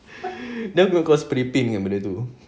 then we got scraping benda tu